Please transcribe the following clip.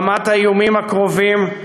ברמת האיומים הקרובים,